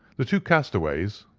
the two castaways,